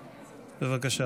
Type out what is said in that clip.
בבקשה,